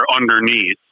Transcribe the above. underneath